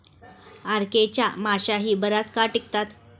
RK च्या माश्याही बराच काळ टिकतात